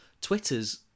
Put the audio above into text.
Twitter's